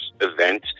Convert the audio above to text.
event